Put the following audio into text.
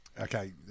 Okay